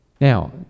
now